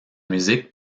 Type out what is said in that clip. musique